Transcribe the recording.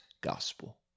gospel